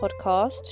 podcast